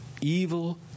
evil